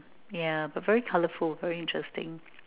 yeah but very colourful very interesting